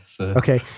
Okay